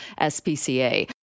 SPCA